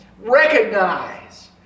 recognize